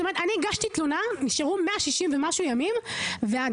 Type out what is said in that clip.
אני הגשתי תלונה ונשארו 160 ימים ומשהו,